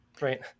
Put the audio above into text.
right